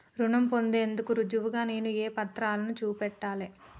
రుణం పొందేందుకు రుజువుగా నేను ఏ పత్రాలను చూపెట్టాలె?